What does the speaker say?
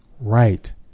Right